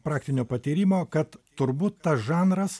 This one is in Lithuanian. praktinio patyrimo kad turbūt tas žanras